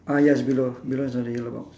ah yes below below is the yellow box